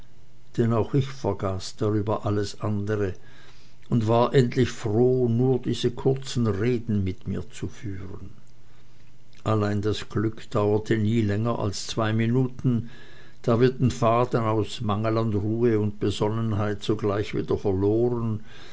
denn auch ich vergaß darüber alles andere und war endlich froh nur diese kurzen reden mit ihr zu führen allein das glück dauerte nie länger als zwei minuten da wir den faden aus mangel an ruhe und besonnenheit sogleich wieder verloren